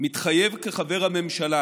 מתחייב כחבר הממשלה